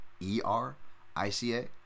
E-R-I-C-A